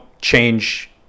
change